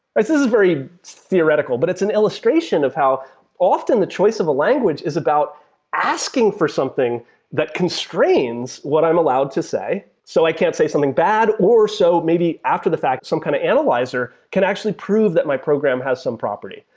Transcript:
is very theoretical, but it's an illustration of how often the choice of a language is about asking for something that constrains what i'm allowed to say. so i can't say something bad or so maybe after the fact some kind of analyzer can actually prove that my program has some property.